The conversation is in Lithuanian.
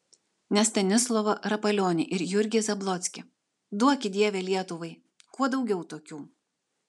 ne stanislovą rapolionį ir jurgį zablockį duoki dieve lietuvai kuo daugiau tokių